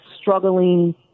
struggling